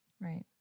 Right